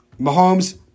Mahomes